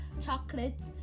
chocolates